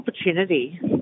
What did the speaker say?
opportunity